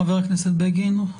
חבר הכנסת בגין.